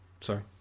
sorry